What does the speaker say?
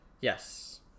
Yes